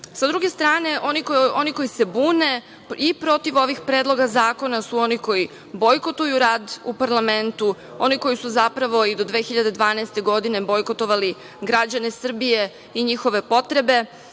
druge strane, oni koji se bune i protiv ovih predloga zakona su oni koji bojkotuju rad u parlamentu, oni koji su, zapravo, i do 2012. godine, bojkotovali građane Srbije i njihove potrebe,